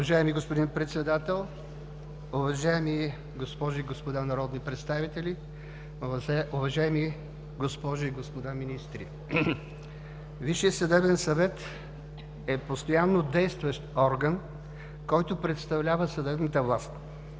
Уважаеми господин Председател, уважаеми госпожи и господа народни представители, уважаеми госпожи и господа министри! Висшият съдебен съвет е постоянно действащ орган, който представлява съдебната власт.